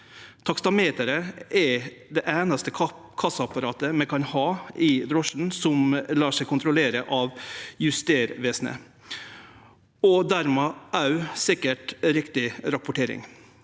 Taksameteret er det einaste kassaapparatet vi kan ha i drosjene som lèt seg kontrollere av Justervesenet, og dermed kan sikre rett rapportering.